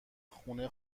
خونه